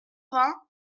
vingt